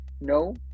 No